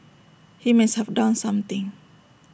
he must have done something